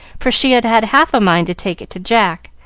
for she had had half a mind to take it to jack,